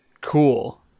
Cool